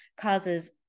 causes